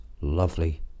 lovely